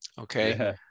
Okay